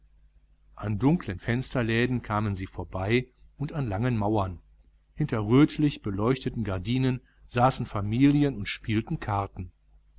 an dunklen fensterläden kamen sie vorbei und an langen mauern hinter rötlich beleuchteten gardinen saßen familien und spielten karten